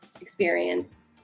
experience